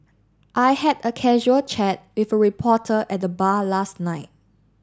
I had a casual chat with a reporter at the bar last night